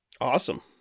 Awesome